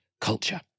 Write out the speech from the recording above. culture